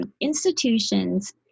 Institutions